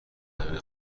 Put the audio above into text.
همه